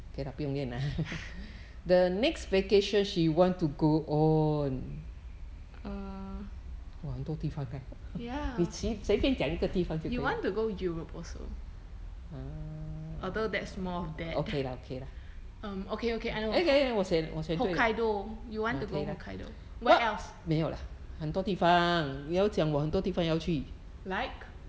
err ya you want to go europe also although that is more of dad um okay okay I know hokkaido you want to go hokkaido where else like